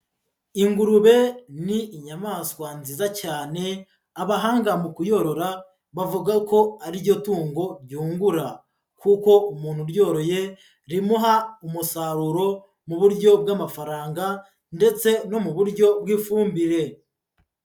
Ingurube ni inyamaswa nziza cyane abahanga mu kuyorora bavuga ko ari ryo tungo ryungura kuko umuntu uryoroye rimuha umusaruro mu buryo bw'amafaranga ndetse no mu buryo bw'ifumbire.